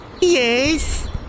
Yes